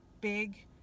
big